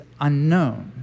unknown